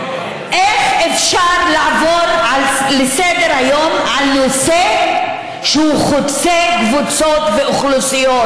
איך אפשר לעבור לסדר-היום על נושא שהוא חוצה קבוצות ואוכלוסיות,